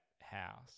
house